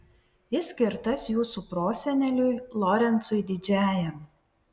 jis skirtas jūsų proseneliui lorencui didžiajam